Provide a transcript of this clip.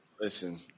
Listen